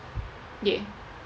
ya